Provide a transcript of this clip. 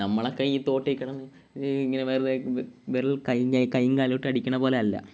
നമ്മളൊക്കെ ഈ തോട്ടില് കിടന്നു ഇങ്ങനെ വെറുതെ കയ്യും കാലും ഇട്ട് അടിക്കുന്നത് പോലെ അല്ല